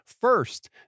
First